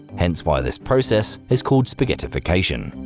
hence why this process is called spaghettification.